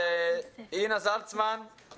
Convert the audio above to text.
אינה זלצמן,